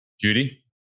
Judy